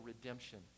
redemption